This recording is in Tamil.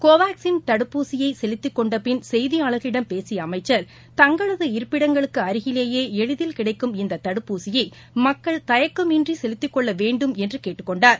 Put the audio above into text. கோவாக்சின் தடுப்பூசியைசெலுத்திக் கொண்டபின் செய்தியாளர்களிடம் பேசியஅமைச்சர் தங்களது இருப்பிடங்களுக்குஅருகிலேயேஎளிதில் கிடைக்கும் இந்ததடுப்பூசியை மக்கள் தயக்கம் இன்றிசெலுத்திக் கொள்ளவேண்டும் என்றுகேட்டுக் கொண்டார்